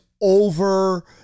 over